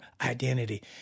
identity